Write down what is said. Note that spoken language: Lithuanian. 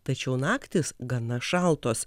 tačiau naktys gana šaltos